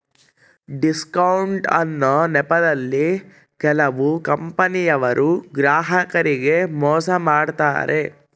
discount ಅನ್ನೊ ನೆಪದಲ್ಲಿ ಕೆಲವು ಕಂಪನಿಯವರು ಗ್ರಾಹಕರಿಗೆ ಮೋಸ ಮಾಡತಾರೆ